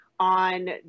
on